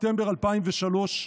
בספטמבר 2003,